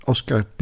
Oscar